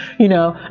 you know,